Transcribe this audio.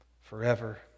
forever